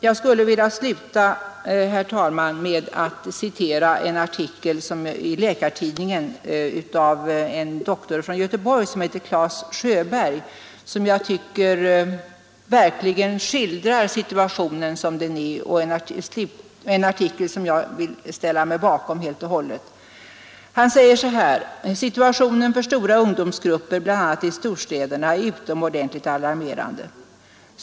Jag vill, fru talman, sluta med att citera en artikel i Läkartidningen av en läkare från Göteborg som heter Clas Sjöberg. Det är en artikel som, tycker jag, skildrar situationen som den är, och jag vill helt och hållet ställa mig bakom artikeln. Dr Sjöberg skriver: ”Situationen för stora ungdomsgrupper i bl a. storstäderna är utomordentligt alarmerande.